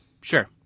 Sure